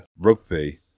Rugby